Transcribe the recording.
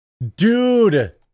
Dude